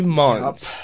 months